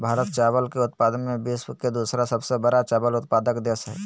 भारत चावल के उत्पादन में विश्व के दूसरा सबसे बड़ा चावल उत्पादक देश हइ